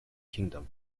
kingdom